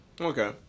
Okay